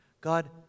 god